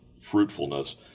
fruitfulness